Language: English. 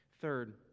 Third